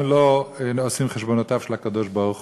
אנחנו לא עושים את חשבונותיו של הקדוש-ברוך-הוא.